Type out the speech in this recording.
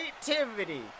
creativity